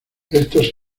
estos